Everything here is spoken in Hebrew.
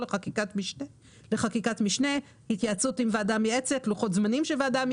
על סעיף 14מג עד סעיף 14מו. מי בעד אישור סעיף 14מג עד 14מו?